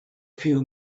few